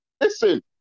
Listen